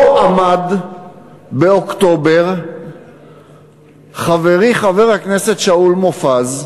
פה עמד באוקטובר חברי חבר הכנסת שאול מופז,